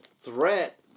threat